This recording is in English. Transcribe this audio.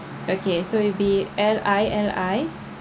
okay so it'll be L I L I